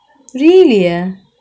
really ah